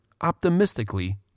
optimistically